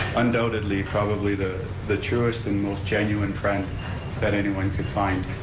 undoubtedly probably the the truest and most genuine friend that anyone could find.